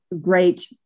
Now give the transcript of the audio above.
great